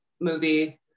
movie